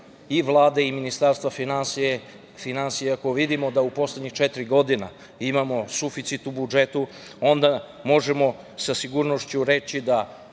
i Vlada i Ministarstva finansija, ako vidimo da u poslednjih 4 godine, imamo suficit u budžetu, onda možemo sa sigurnošću reći da